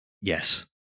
Yes